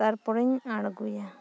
ᱛᱟᱨᱯᱚᱨᱤᱧ ᱟᱬᱜᱳᱭᱟ